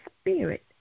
Spirit